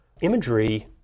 imagery